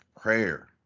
Prayer